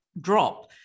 drop